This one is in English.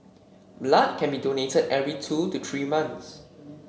blood can be donated every two to three months